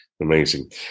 amazing